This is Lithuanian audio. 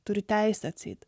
turi teisę atseit